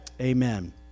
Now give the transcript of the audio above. Amen